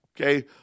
okay